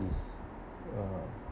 is uh